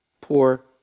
poor